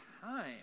time